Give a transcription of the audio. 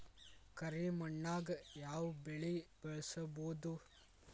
ಕರಿ ಮಣ್ಣಾಗ್ ಯಾವ್ ಬೆಳಿ ಬೆಳ್ಸಬೋದು?